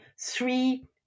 three